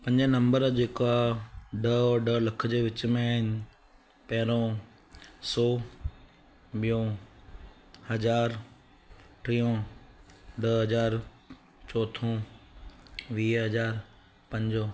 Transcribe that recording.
पंज नंबर जेको आहे ॾह ऐं ॾह लख जे विच में आहिनि पहिरों सौ ॿियो हज़ारु टियों ॾह हज़ार चौथों वीह हज़ार पंजो